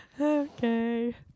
Okay